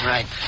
Right